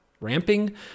Ramping